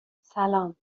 سلام